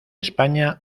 españa